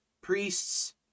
priests